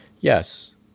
yes